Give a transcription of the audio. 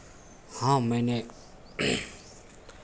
हाँ मैंने